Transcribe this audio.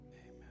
Amen